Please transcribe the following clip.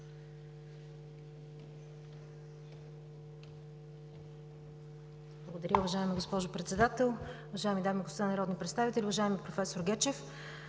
Благодаря, уважаема госпожо Председател. Уважаеми дами и господа народни представители! Уважаеми професор Гечев,